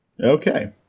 Okay